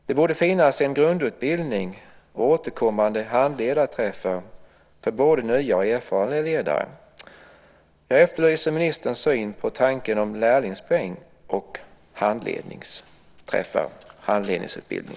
Det borde finnas en grundutbildning med återkommande handledarträffar, där både nya och erfarna är ledare. Jag efterlyser ministerns syn på lärlingspeng och handledarutbildning.